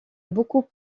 beaucoup